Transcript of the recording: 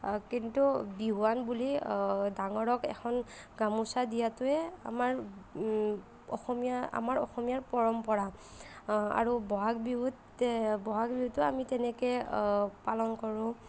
কিন্তু বিহুৱান বুলি ডাঙৰক এখন গামোচা দিয়াটোৱে আমাৰ অসমীয়া আমাৰ অসমীয়াৰ পৰম্পৰা আৰু বহাগ বিহুত বহাগ বিহুতো আমি তেনেকৈ পালন কৰোঁ